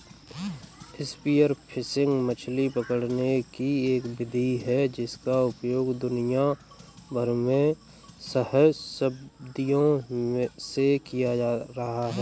spear fishing मछली पकड़ने की एक विधि है जिसका उपयोग दुनिया भर में सहस्राब्दियों से किया जाता रहा है